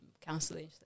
counseling